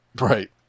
right